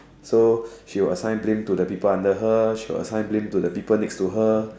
so she was assigned blame to the people under her she was assigned blame to the people next to her